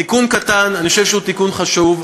זה תיקון קטן, ואני חושב שהוא תיקון חשוב.